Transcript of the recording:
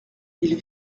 ils